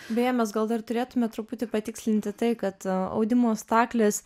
beje mes gal dar turėtume truputį patikslinti tai kad audimo staklės